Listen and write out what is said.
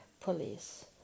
police